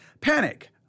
Panic